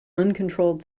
uncontrolled